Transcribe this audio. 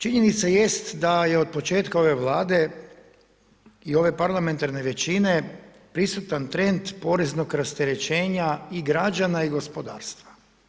Činjenica jest da je od početka ove Vlade i ove parlamentarne većine prisutan trend poreznog rasterećenja i građana i gospodarstva.